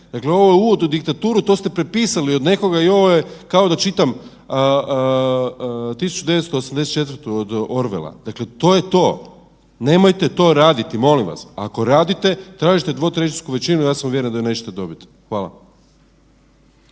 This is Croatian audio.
Dakle ovo je uvod u diktaturu, to ste prepisali od nekoga i ovo je kao da čitam 1984. od Orwella, dakle to je to. Nemojte to raditi molim vas, ako radite tražite dvotrećinsku većinu, ja sam uvjeren da je nećete dobit.